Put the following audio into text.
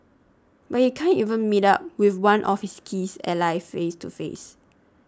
but he can't even meet up with one of his keys allies face to face